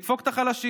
נדפוק את החלשים,